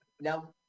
Now